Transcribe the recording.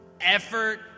Effort